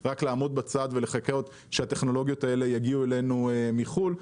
רק לעמוד בצד ולחכות שהטכנולוגיות האלה יגיעו אלינו מחו"ל,